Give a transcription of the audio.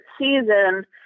season